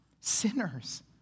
Sinners